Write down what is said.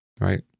right